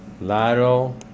lateral